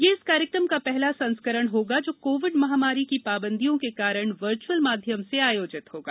यह इस कार्यक्रम का पहला संस्करण होगा जो कोविड महामारी की पाबंदियों के कारण वर्च्अल माध्यम से आयोजित होगा